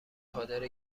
خاطر